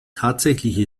tatsächliche